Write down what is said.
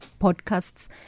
podcasts